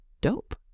dope